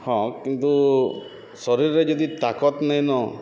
ହଁ କିନ୍ତୁ ଶରୀର୍ରେ ଯଦି ତାକତ୍ ନାଇଁନ